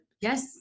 Yes